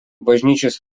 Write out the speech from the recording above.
bažnyčios